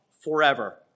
Forever